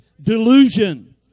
delusion